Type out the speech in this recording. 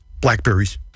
Blackberries